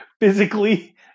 physically